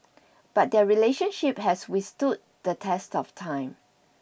but their relationship has withstood the test of time